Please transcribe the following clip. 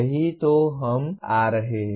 यही तो हम आ रहे हैं